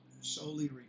Solely